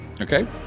Okay